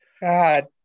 God